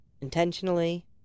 Intentionally